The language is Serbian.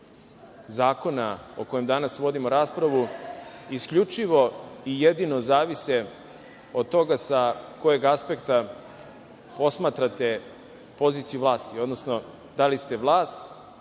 zakona o kojem danas vodimo raspravu, isključivo i jedino zavise od toga sa kojeg aspekta posmatrate poziciju vlasti, odnosno da li ste vlast